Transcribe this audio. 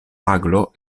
aglo